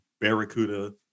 Barracuda